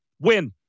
Win